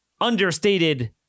understated